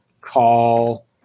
call